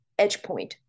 EdgePoint